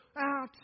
out